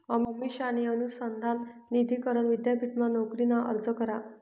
अमिषाने अनुसंधान निधी करण विद्यापीठमा नोकरीना अर्ज करा